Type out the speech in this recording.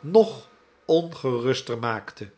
nog ongeruster maakte